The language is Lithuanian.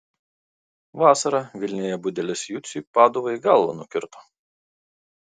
vasarą vilniuje budelis juciui paduvai galvą nukirto